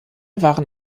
waren